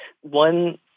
One